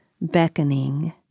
beckoning